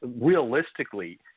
realistically